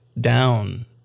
down